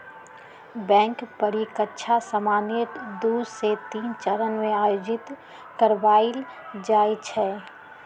bank परीकछा सामान्य दू से तीन चरण में आयोजित करबायल जाइ छइ